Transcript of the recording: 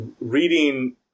reading